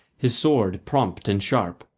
his sword prompt and sharp,